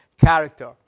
character